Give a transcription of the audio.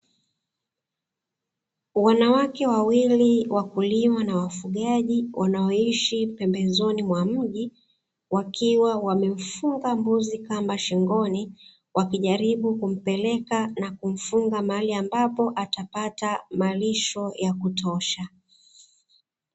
Wanawake wawili wakulima na wafugaji wanaoishi pembezoni mwa mji wakiwa wamemfunga mbuzi kamba shingoni, wakujaribu kumpeleka mahali ambapo atapata malisho yakutosha.